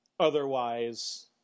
Otherwise